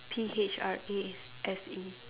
P H R A S E